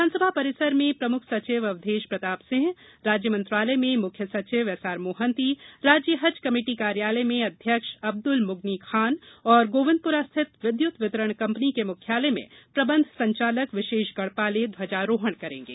विधानसभा परिसर में प्रमुख सचिव अवधेश प्रताप सिंह राज्य मंत्रालय में मुख्य सचिव एसआर मोहंती राज्य हज कमेटी कार्यालय में अध्यक्ष अब्दुल मुगनी खान और गोविंदपुरा स्थित विद्युत वितरण कंपनी के मुख्यालय में प्रबंध संचालक विशेष गढ़पाले ध्वजारोहण करेंगे